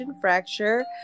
fracture